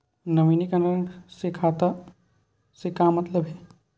नवीनीकरण से खाता से का मतलब हे?